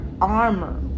armor